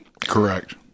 Correct